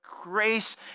grace